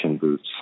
boots